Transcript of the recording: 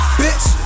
bitch